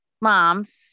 moms